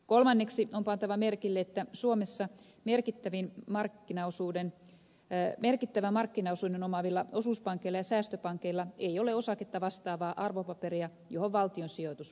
kolmanneksi on pantava merkille että suomessa merkittävän markkinaosuuden omaavilla osuuspankeilla ja säästöpankeilla ei ole osaketta vastaavaa arvopaperia johon valtion sijoitus voitaisiin tehdä